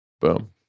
Boom